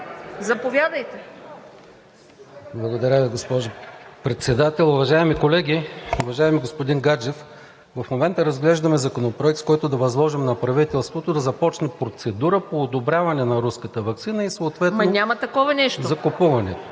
Уважаема госпожо Председател, уважаеми колеги! Уважаеми господин Гаджев, в момента разглеждаме Законопроект, с който да възложим на правителството да започне процедура по одобряване на руската ваксина и съответно закупуването.